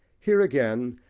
here, again,